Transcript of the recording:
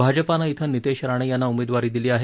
भाजपने ॐ नितेश राणे यांना उमेदवारी दिली आहे